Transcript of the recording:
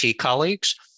colleagues